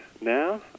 now